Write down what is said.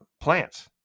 plants